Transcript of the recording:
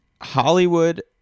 Hollywood